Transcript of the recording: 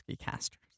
Casters